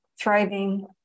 thriving